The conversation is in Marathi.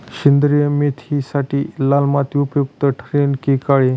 सेंद्रिय मेथीसाठी लाल माती उपयुक्त ठरेल कि काळी?